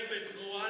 פינדרוס.